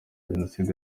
jenoside